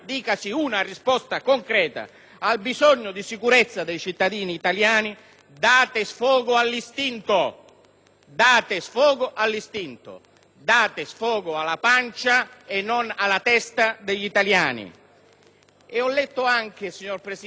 date sfogo all'istinto, date sfogo alla pancia e non alla testa degli italiani. Signor Presidente, oggi ho anche letto qualche commento che certamente non è rispettoso del Parlamento.